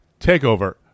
TakeOver